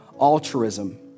altruism